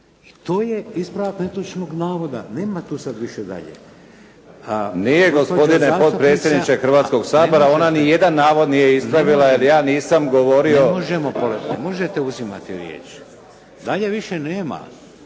I to je ispravak netočnog navoda. Nema tu sad više dalje. … /Upadica: Nije gospodine potpredsjedniče Hrvatskog sabora. Ona ni jedan navod nije ispravila jer ja nisam govorio/ … Ne možemo … /Govornik se ne razumije./ … Ne možete uzimati riječ. Dalje više nema.